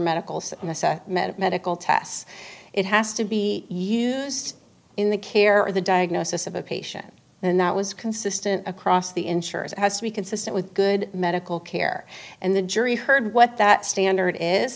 many medical tests it has to be used in the care or the diagnosis of a patient and that was consistent across the insurance has to be consistent with good medical care and the jury heard what that standard is